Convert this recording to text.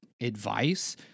advice